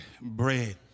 bread